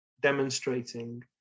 demonstrating